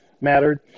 mattered